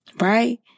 right